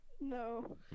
No